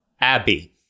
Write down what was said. Abby